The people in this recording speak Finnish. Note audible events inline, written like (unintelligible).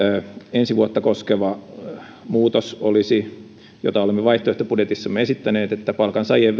ensi vuotta koskeva muutos jota olemme vaihtoehtobudjetissamme esittäneet olisi että palkansaajien (unintelligible)